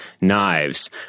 knives